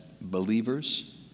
believers